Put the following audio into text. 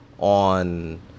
on